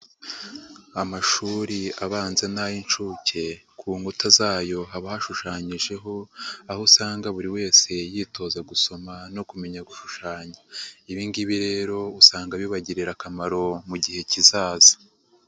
Amashuri abanza n'ay'inshuke, ku nkuta zayo haba hashushanyijeho, aho usanga buri wese yitoza gusoma no kumenya gushushanya. Ibi ngibi rero usanga bibagirira akamaro mu gihe kizaza.